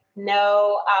no